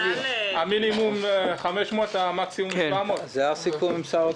המינימום זה 500. זה הסיכום עם שר האוצר.